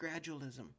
gradualism